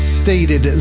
stated